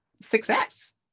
success